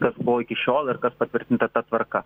kas buvo iki šiol ir kas patvirtinta ta tvarka